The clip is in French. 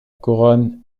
couronne